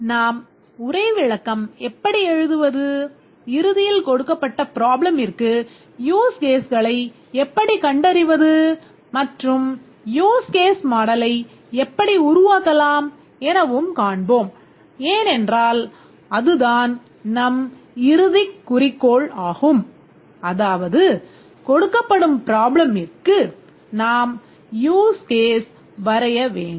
நாம் உரை விளக்கம் எப்படி எழுதுவது இறுதியில் கொடுக்கப்பட்ட ப்ராப்ளமிற்கு யூஸ் கேஸ்களை எப்படிக் கண்டறிவது மற்றும் யூஸ் கேஸ் மாடலை நாம் யூஸ் கேஸ் வரைய வேண்டும்